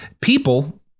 people